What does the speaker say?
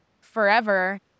forever